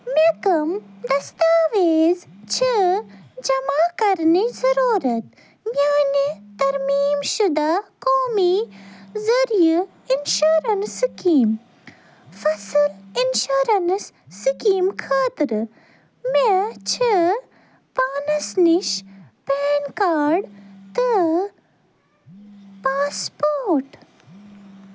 مےٚ کَم دستاویز چھِ جمع کرنٕچ ضُروٗرت میانہِ ترمیٖم شُدہ قومی ذٔریعہٕ اِنشورنٕس سِکیٖم فصل اِنشورنٕس سِکیٖم خٲطرٕ مےٚ چھِ پانس نِش پین کارڈ تہٕ پاسپورٹ